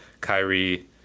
Kyrie